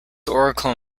oracle